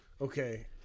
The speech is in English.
Okay